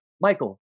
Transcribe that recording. Michael